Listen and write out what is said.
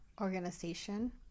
organization